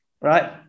right